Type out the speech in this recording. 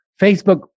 Facebook